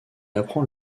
apprend